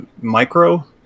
Micro